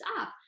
up